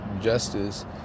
Justice